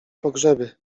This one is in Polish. pogrzeby